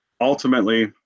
ultimately